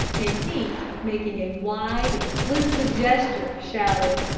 and pete, making a wide, inclusive gesture, shouted,